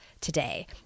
today